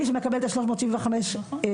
מי שמקבל את ה-375 קילומטר,